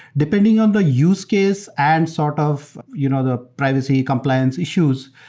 depending on the use case and sort of you know the privacy compliance issues,